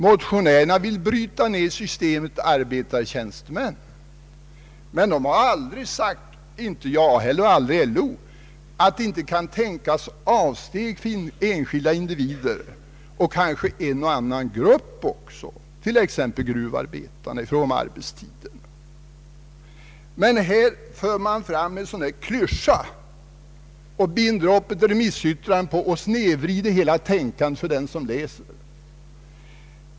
Motionärerna vill bryta ner systemet arbetare—tjänstemän, men de har aldrig sagt — inte jag heller och inte LO — att det inte kan tänkas avsteg för enskilda individer och kanske en och annan grupp, t.ex. gruvarbetarna i fråga om arbetstiden. Här för man fram en klyscha som man binder upp ett remissyttrande på och snedvrider hela tänkandet för den som läser det.